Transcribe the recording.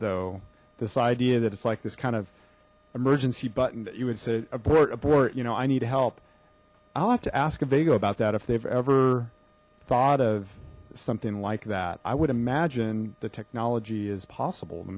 though this idea that it's like this kind of emergency button that you would say abort abort you know i need help i'll have to ask a video about that if they've ever thought of something like that i would imagine the technology is possible to